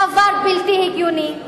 דבר בלתי הגיוני,